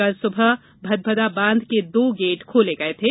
कल सुबह भदभदा बांध के दो गेट खोले गये थे